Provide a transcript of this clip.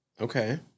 Okay